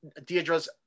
Deidre's